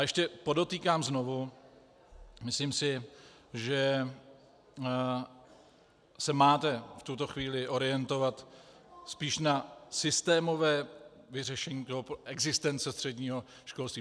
Ještě podotýkám znovu myslím si, že se máte v tuto chvíli orientovat spíše na systémové vyřešení existence středního školství.